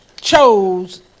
chose